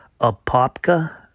Apopka